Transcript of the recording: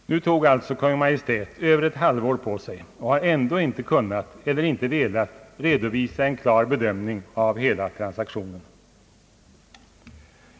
Nu tog alltså Kungl. Maj:t över ett halvår på sig och har ändå inte kunnat — eller inte velat — redovisa en klar bedömning av hela transaktionen.